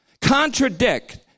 contradict